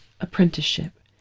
Apprenticeship